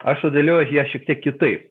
aš sudėliojau ją šiek tiek kitaip